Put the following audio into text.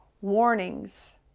warnings